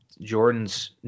Jordan's